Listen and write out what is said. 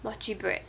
mochi bread